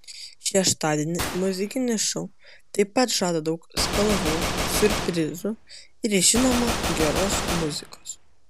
šeštadienį muzikinis šou taip pat žada daug spalvų siurprizų ir žinoma geros muzikos